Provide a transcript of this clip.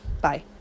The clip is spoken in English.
Bye